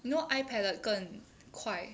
you know eye palette 更快